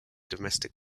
domestic